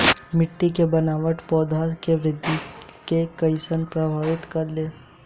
मिट्टी के बनावट पौधन के वृद्धि के कइसे प्रभावित करे ले?